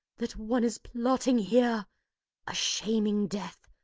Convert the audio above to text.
that one is plotting here a shaming death,